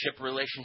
relationship